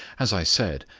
as i said,